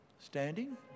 Standing